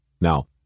Now